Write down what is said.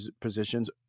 positions